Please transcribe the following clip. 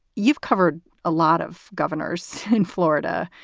you've covered a lot of governors in florida.